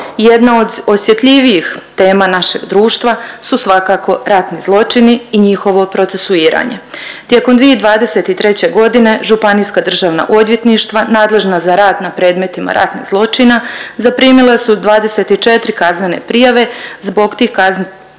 Jedna od osjetljivijih tema našeg društva su svakako ratni zločini i njihovo procesuiranje. Tijekom 2023. godine županijska državna odvjetništva nadležna za rad na predmetima ratnih zločina zaprimila su 24 kaznene prijave zbog tih kaznenih